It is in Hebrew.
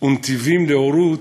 וב"נתיבים להורות",